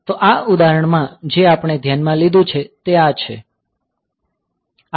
તો આ ઉદાહરણમાં જે આપણે ધ્યાનમાં લીધું છે તે આ છે